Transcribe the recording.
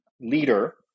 leader